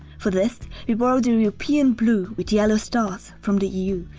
for this we borrowed the european blue with yellow stars from the eu,